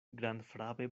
grandfrape